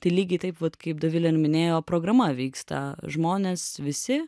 tai lygiai taip vat kaip dovilė ir minėjo programa vyksta žmonės visi